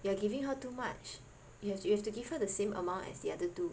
you are giving her too much you have to you have to give her the same amount as the other two